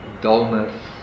dullness